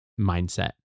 mindset